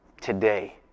today